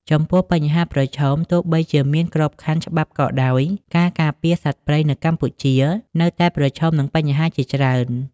ចំពោះបញ្ហាប្រឈមទោះបីជាមានក្របខ័ណ្ឌច្បាប់ក៏ដោយ ការការពារសត្វព្រៃនៅកម្ពុជានៅតែប្រឈមនឹងបញ្ហាជាច្រើន។